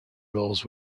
roles